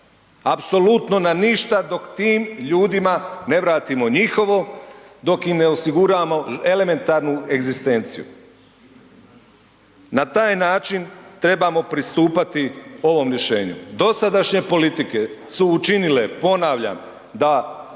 apsolutno na ništa dok tim ljudima ne vratimo njihovo, dok im ne osiguramo elementarnu egzistenciju. Na taj način trebamo pristupati ovom rješenju. Dosadašnje politike su učinile, ponavljam da